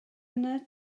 yna